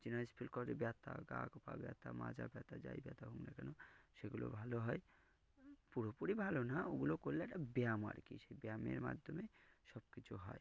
feel করে ব্যথা গা হাত পা ব্যথা মাজা ব্যথা যাই ব্যথা হোক না কেন সেগুলো ভালো হয় পুরোপুরি ভালো না ওগুলো করলে একটা ব্যায়াম আর কি সেই ব্যায়ামের মাধ্যমে সব কিছু হয়